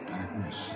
Darkness